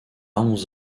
onze